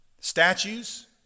statues